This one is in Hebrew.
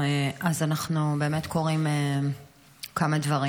אנחנו קוראים כמה דברים.